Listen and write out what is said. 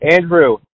Andrew